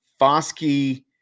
Foskey